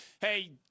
Hey